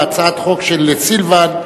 להצעת החוק של סילבן,